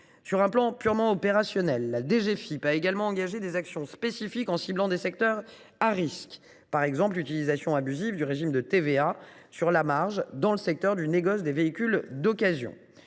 Sur un plan opérationnel, la DGFiP a également engagé des actions spécifiques en ciblant des secteurs à risque, par exemple l’utilisation abusive du régime de TVA sur la marge dans le secteur du négoce des véhicules d’occasion.